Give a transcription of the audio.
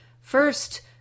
first